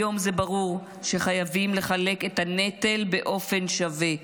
היום זה ברור שחייבים לחלק את הנטל באופן שווה,